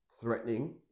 threatening